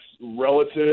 relative